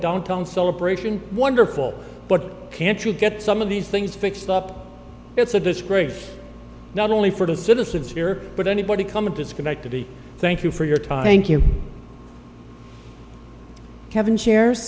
downtown celebration wonderful but can't you get some of these things fixed up it's a disgrace not only for the citizens here but anybody coming to schenectady thank you for your time thank you kevin cha